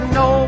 no